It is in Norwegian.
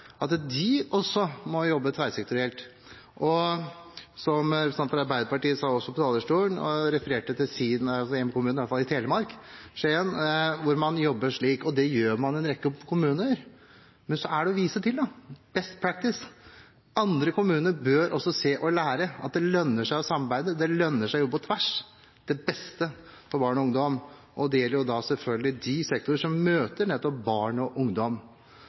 at også de må jobbe tverrsektorielt. Da representanten fra Arbeiderpartiet sto på talerstolen, refererte hun til sin hjemkommune, Skien i Telemark, hvor man jobber slik, og det gjør man i en rekke kommuner, men man må vise til «best practice». Andre kommuner bør også se og lære at det lønner seg å samarbeide. Det lønner seg å jobbe på tvers til det beste for barn og ungdom. Det gjelder selvfølgelig de sektorer som møter barn og ungdom,